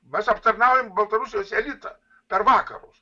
mes aptarnaujam baltarusijos elitą per vakarus